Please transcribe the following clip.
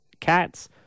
cats